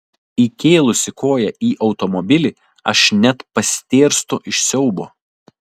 įkėlusi koją į automobilį aš net pastėrstu iš siaubo